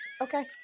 Okay